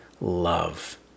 love